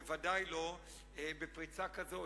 בוודאי לא בפריצה כזאת,